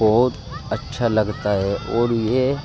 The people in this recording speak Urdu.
بہت اچھا لگتا ہے اور یہ